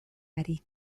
ari